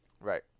Right